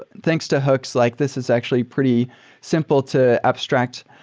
thanks to hooks, like this is actually pretty simple to abstract.